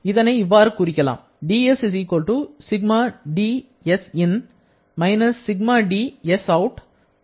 இதனை இவ்வாறு குறிக்கலாம்